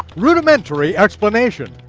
rood-imentary explanation.